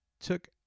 took